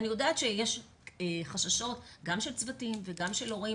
אני יודעת שיש חששות גם של צוותים וגם של הורים,